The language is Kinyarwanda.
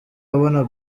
abona